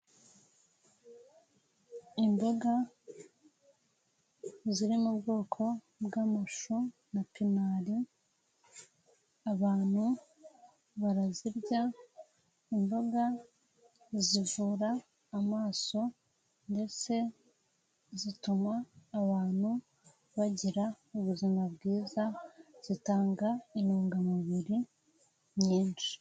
Imboga ziri mu bwoko bw'amashu na pinari, abantu barazirya imboga zivura amaso ndetse zituma abantu bagira ubuzima bwiza, zitanga intungamubiri nyinshi.